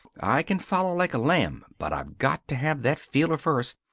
i can follow like a lamb, but i've got to have that feeler first.